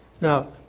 Now